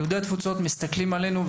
יהודי התפוצות מסתכלים עלינו,